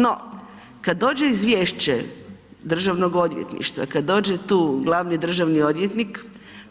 No kad dođe izvješće Državnog odvjetništva, kad dođe tu glavni državni odvjetnik